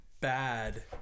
bad